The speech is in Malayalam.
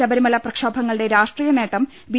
ശബരിമല പ്രക്ഷോഭങ്ങളുടെ രാഷ്ട്രീയ നേട്ടം ബി